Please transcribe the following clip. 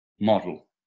model